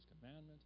commandment